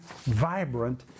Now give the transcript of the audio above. vibrant